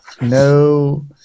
no